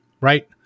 right